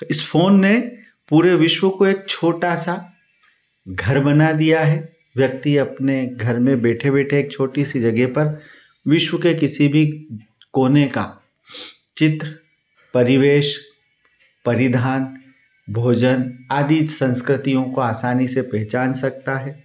इस फोन ने पूरे विश्व को एक छोटा सा घर बना दिया है व्यक्ति के घर में बैठे बैठे एक छोटी सी जगह पर विश्व के किसी भी कोने का चित्र परिवेश परिधान भोजन आदि संस्कृतियों को आसानी से पहचान सकता है